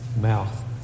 mouth